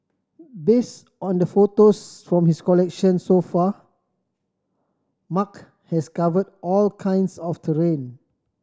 based on the photos from his collection so far Mark has covered all kinds of terrain